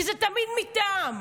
כי זה תמיד מטעם.